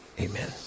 Amen